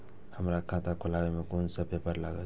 हमरा खाता खोलाबई में कुन सब पेपर लागत?